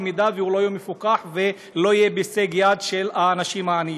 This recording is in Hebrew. במידה שהוא לא יהיה מפוקח ולא יהיה בהישג יד של אנשים עניים.